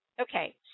Okay